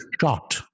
shot